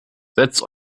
setzt